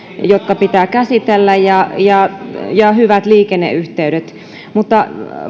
jotka pitää käsitellä ja ja hyvät liikenneyhteydet